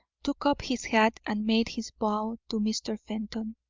took up his hat and made his bow to mr. fenton.